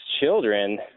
children